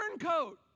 turncoat